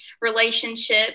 relationship